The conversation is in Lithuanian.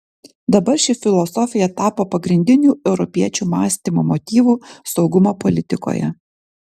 dabar ši filosofija tapo pagrindiniu europiečių mąstymo motyvu saugumo politikoje